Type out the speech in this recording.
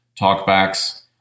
Talkbacks